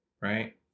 right